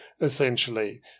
essentially